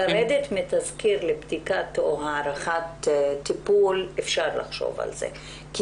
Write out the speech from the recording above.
לרדת מתזכיר להערכת טיפול אפשר לחשוב על זה כי